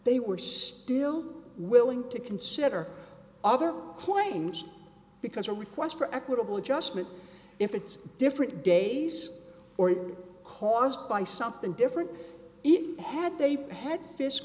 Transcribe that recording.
they were still willing to consider other quaint because a request for equitable adjustment if it's different days or caused by something different each had they had dis